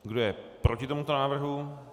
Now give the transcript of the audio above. Kdo je proti tomuto návrhu?